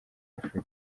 afurika